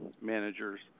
managers